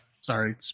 Sorry